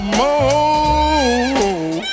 more